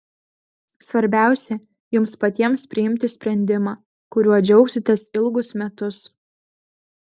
svarbiausia jums patiems priimti sprendimą kuriuo džiaugsitės ilgus metus